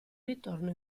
ritorno